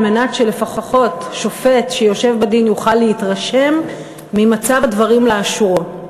על מנת שלפחות שופט שיושב בדין יוכל להתרשם ממצב הדברים לאשורו.